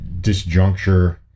disjuncture